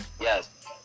yes